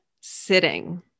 sitting